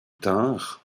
tinrent